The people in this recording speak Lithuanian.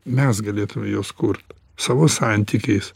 mes galėtume juos kurt savo santykiais